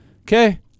Okay